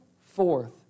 forth